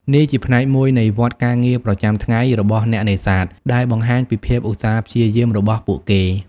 នេះជាផ្នែកមួយនៃវដ្តការងារប្រចាំថ្ងៃរបស់អ្នកនេសាទដែលបង្ហាញពីភាពឧស្សាហ៍ព្យាយាមរបស់ពួកគេ។